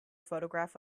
photograph